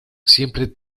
siempre